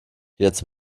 jetzt